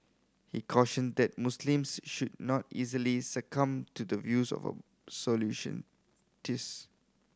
he cautioned that Muslims should not easily succumb to the views of absolution